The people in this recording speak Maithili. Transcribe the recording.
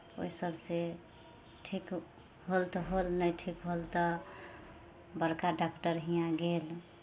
ओहि सभसँ ठीक होल तऽ होल नहि ठीक होल तऽ बड़का डाक्टर हियाँ गेल